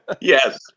Yes